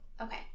okay